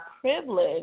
privilege